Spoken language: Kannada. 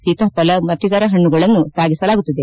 ಸೀತಾಫಲ ಮತ್ತಿತರ ಪಣ್ಣಗಳನ್ನು ಸಾಗಿಸಲಿದೆ